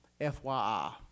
FYI